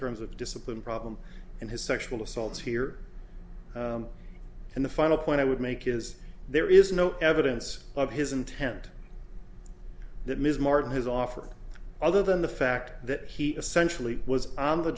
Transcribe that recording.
terms of discipline problem and his sexual assaults here and the final point i would make is there is no evidence of his intent that ms martin has offered other than the fact that he essentially was on the